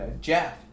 Jeff